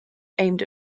aimed